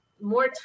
more